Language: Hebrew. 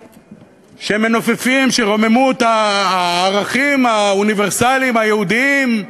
שמנופפים, שרוממות הערכים האוניברסליים, היהודיים,